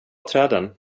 träden